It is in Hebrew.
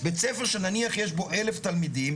בבית ספר שנניח יש בו 1,000 תלמידים,